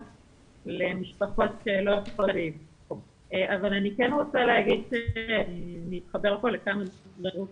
למשפחות --- אני רוצה להגיד לגבי תכניות התערבות,